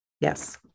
Yes